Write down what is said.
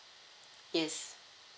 yes